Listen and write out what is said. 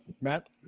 Matt